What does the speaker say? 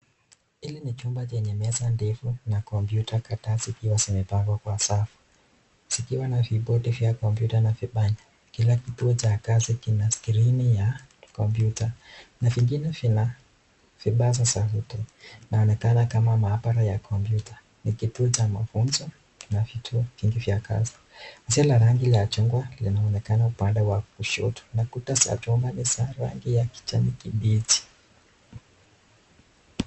Hili ni chumba chenye meza ndefu na kompyuta kadhaa zikiwa zimepangwa kwa safu. Zikiwa na vibodi vya kompyuta na vipanya. Kila kituo cha kazi kina skrini ya kompyuta na vingine vina vipaza sauti. Inaonekana kama maabara ya kompyuta. Ni kituo cha mafunzo na vituo vingi vya kazi. Zina rangi la chungwa unaonekana upande wa kushoto na kuta zachuma ni rangi ya kijani kibichi.